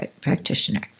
practitioner